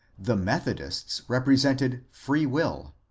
the methodists represented free will,